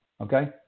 Okay